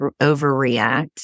overreact